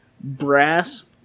brass